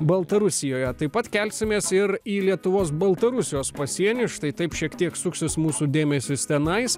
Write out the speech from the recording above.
baltarusijoje taip pat kelsimės ir į lietuvos baltarusijos pasienį štai taip šiek tiek suksis mūsų dėmesis tenais